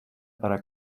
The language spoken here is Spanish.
para